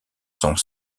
sont